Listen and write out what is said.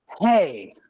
hey